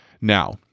Now